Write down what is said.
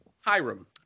Hiram